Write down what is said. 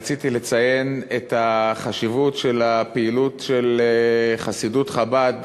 רציתי לציין את החשיבות של הפעילות של חסידות חב"ד